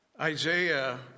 Isaiah